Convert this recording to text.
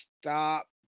stop